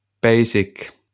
basic